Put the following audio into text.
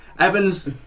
Evans